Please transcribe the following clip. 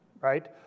right